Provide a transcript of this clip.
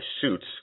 suits